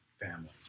family